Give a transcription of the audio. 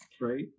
right